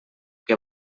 que